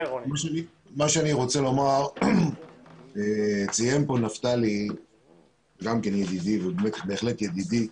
ציין כאן נפתלי ידידי, בהחלט ידידי,